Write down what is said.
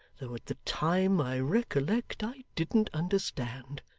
though at the time, i recollect, i didn't understand.